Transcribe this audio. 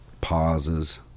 pauses